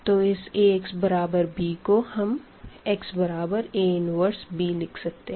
तो इस Ax बराबर b को हम xA 1b लिख सकते है